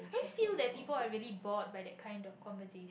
I always feel that people are really bored by that kind of conversation